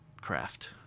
craft